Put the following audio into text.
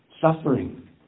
suffering